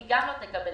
היא גם לא תקבל.